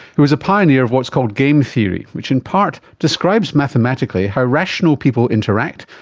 he was a pioneer of what's called game theory, which in part describes mathematically how rational people interact,